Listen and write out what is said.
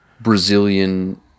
Brazilian